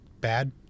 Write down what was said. bad